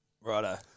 Righto